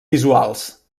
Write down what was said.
visuals